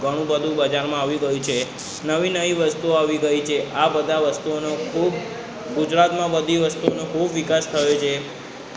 ઘણું બધું બજારમાં આવી ગયું છે નવી નવી વસ્તુઓ આવી ગઈ છે આ બધા વસ્તુઓનો ખૂબ ગુજરાતમાં બધી વસ્તુઓનો ખૂબ વિકાસ થયો છે